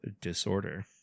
Disorder